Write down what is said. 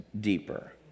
deeper